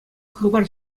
хыпар